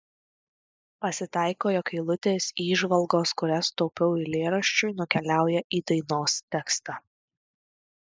pasitaiko jog eilutės įžvalgos kurias taupiau eilėraščiui nukeliauja į dainos tekstą